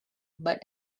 but